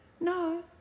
No